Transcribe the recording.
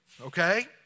okay